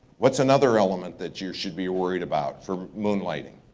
what's another element that you should be worried about for moonlighting?